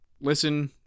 listen